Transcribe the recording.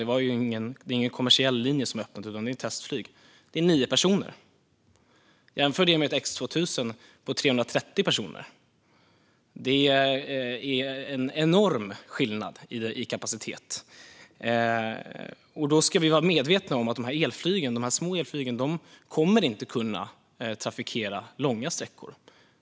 Det är ingen kommersiell linje som har öppnat utan ett testflyg med 9 personer. Jämför det med ett X2000-tåg som tar 330 personer. Det är en enorm skillnad i kapacitet. Vi ska vara medvetna om att dessa små elflyg inte kommer att kunna trafikera långa sträckor.